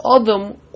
Adam